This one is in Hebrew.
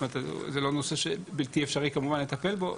זה לא נושא שבלתי אפשרי כמובן לטפל בו,